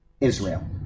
Israel